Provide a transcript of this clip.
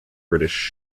british